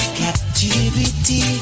captivity